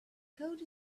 code